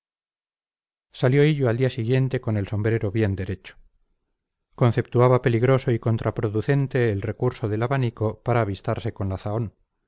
salió hillo al siguiente día con el sombrero bien derecho conceptuaba peligroso y contraproducente el recurso del abanico para avistarse con la zahón